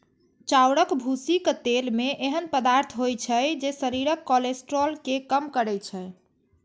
चाउरक भूसीक तेल मे एहन पदार्थ होइ छै, जे शरीरक कोलेस्ट्रॉल कें कम करै छै